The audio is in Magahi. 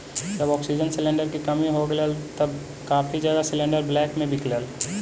जब ऑक्सीजन सिलेंडर की कमी हो गईल हल तब काफी जगह सिलेंडरस ब्लैक में बिकलई हल